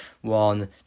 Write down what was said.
One